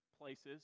places